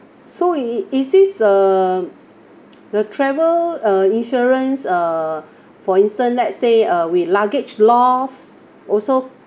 so it it is this uh the travel uh insurance uh for instant let's say uh we luggage loss also